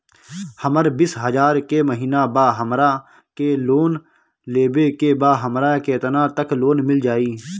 हमर बिस हजार के महिना बा हमरा के लोन लेबे के बा हमरा केतना तक लोन मिल जाई?